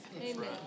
Amen